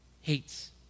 Hates